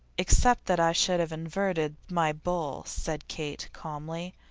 except that i should have inverted my bowl said kate, calmly.